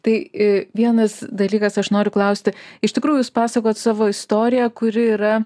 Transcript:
tai vienas dalykas aš noriu klausti iš tikrųjų jūs pasakojat savo istoriją kuri yra